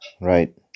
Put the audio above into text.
Right